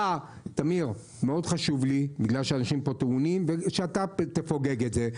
טעונים, מאוד חשוב לי שאתה תפוגג את זה.